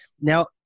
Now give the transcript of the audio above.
Now